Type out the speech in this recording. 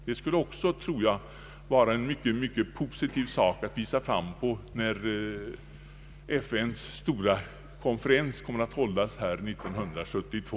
Det skulle också, tror jag, vara en mycket positiv sak att visa fram, när FN:s stora miljövårdskonferens anordnas här 1972.